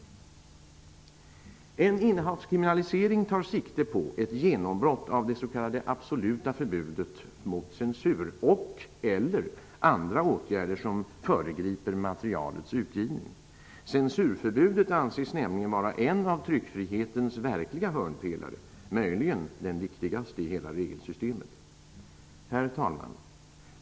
En innehavskriminalisering tar sikte på ett genombrott av det s.k. absoluta förbudet mot censur och/eller andra åtgärder som föregriper materialets utgivning. Censurförbudet anses nämligen vara en av tryckfrihetens verkliga hörnpelare -- möjligen den viktigaste i hela regelsystemet. Herr talman!